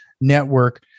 network